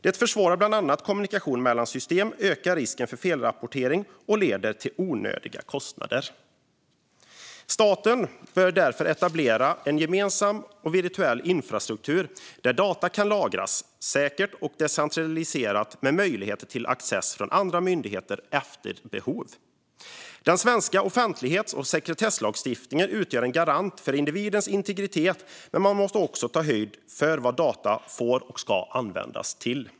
Det försvårar bland annat kommunikation mellan system. Det ökar risken för felrapportering och leder till onödiga kostnader. Staten bör därför etablera en gemensam virtuell infrastruktur där data kan lagras säkert och decentraliserat med möjlighet till access för myndigheter efter behov. Den svenska offentlighets och sekretesslagstiftningen utgör en garant för individens integritet, men man måste också ta höjd för vad data får och ska användas till.